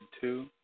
two